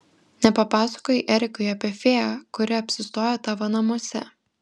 nepapasakojai erikui apie fėją kuri apsistojo tavo namuose